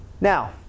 Now